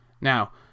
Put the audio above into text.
Now